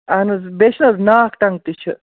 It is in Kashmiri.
اہن حظ بیٚیہِ چھِنہٕ حظ ناکھ ٹَنگ تہِ چھِ